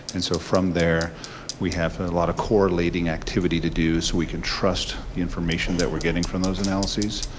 and so from there we have a lot of correlating activity to do so we can trust the information that we're getting from those analyses,